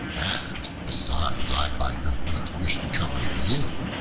and besides, i by no means wish to come near you.